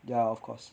ya of course